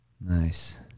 Nice